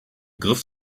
griff